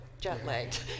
jet-lagged